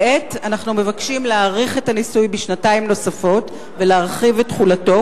כעת אנחנו מבקשים להאריך את הניסוי בשנתיים נוספות ולהרחיב את תחולתו.